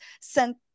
sent –